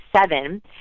seven